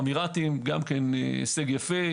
האמירתיים, גם הישג יפה.